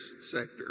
sector